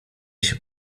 się